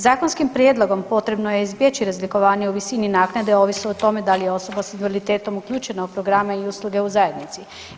Zakonskim prijedlogom potrebno je izbjeći razlikovanje o visini naknade ovisno o tome da li je osoba sa invaliditetom uključena u programe i usluge u zajednici.